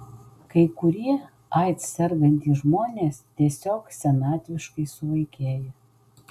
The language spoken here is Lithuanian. kai kurie aids sergantys žmonės tiesiog senatviškai suvaikėja